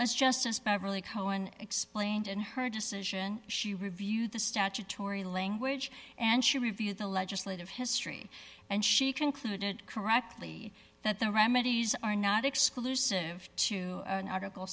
as justice beverly cohen explained in her decision she reviewed the statutory language and she reviewed the legislative history and she concluded correctly that the remedies are not exclusive to article